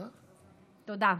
תודה.